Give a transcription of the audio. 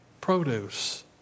produce